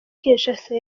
kinshasa